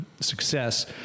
success